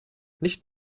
nicht